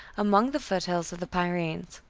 among the foothills of the pyrenees.